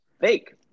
fake